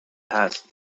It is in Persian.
هست